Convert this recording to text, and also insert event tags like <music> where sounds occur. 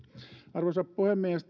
arvoisa puhemies <unintelligible>